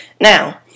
now